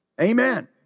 amen